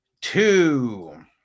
two